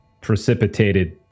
precipitated